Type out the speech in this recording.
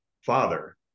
father